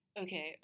okay